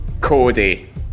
Cody